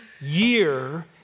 year